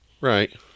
Right